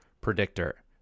predictor